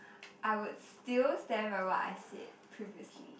I would still stand by what I said previously